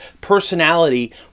personality